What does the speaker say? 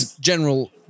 general